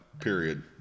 period